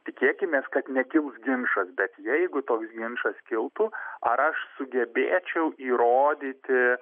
tikėkimės kad nekils ginčas bet jeigu toks ginčas kiltų ar aš sugebėčiau įrodyti